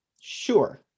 Sure